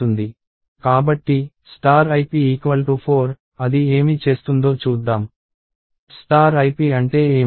కాబట్టి ip4 అది ఏమి చేస్తుందో చూద్దాం ip అంటే ఏమిటి